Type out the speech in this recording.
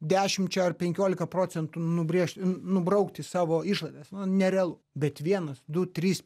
dešimčia ar penkiolika procentų nubrėšt nubraukti savo išlaidas nu nerealu bet vienas du trys